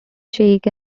shake